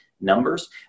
numbers